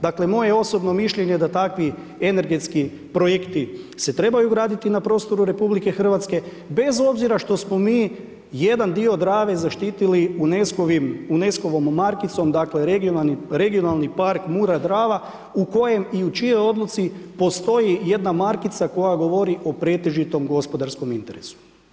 Dakle, moje je osobno mišljenje da takvi energetski projekti se trebaju graditi na prostoru RH, bez obzira što smo mi jedan dio Drave zaštitili UNSECO-vom, markicom, dakle regionalni park, Mura Drava u kojoj i u čijoj odluci postoji jedna markica koja govori o pretežitom gospodarskom interesu.